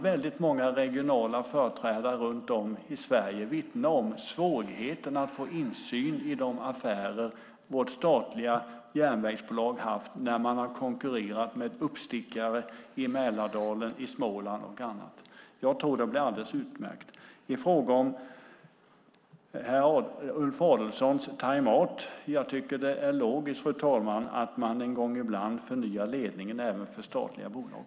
Väldigt många regionala företrädare runt om i Sverige kan vittna om svårigheten att få insyn i de affärer som vårt statliga järnvägsbolag haft när man har konkurrerat med uppstickare i Mälardalen, i Småland och på andra ställen. Jag tror att detta blir alldeles utmärkt. När det gäller Ulf Adelsohns timeout tycker jag att det är logiskt att man någon gång ibland förnyar ledningen även för statliga bolag.